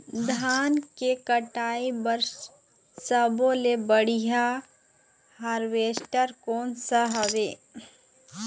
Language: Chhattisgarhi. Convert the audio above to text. धान के कटाई बर सब्बो ले बढ़िया हारवेस्ट कोन सा हवए?